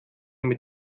mit